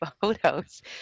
photos